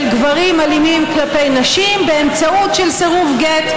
גברים אלימים כלפי נשים באמצעות סירוב גט,